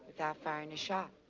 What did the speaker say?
without firing a shot.